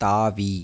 தாவி